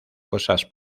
cosas